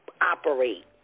operate